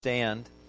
stand